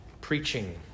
preaching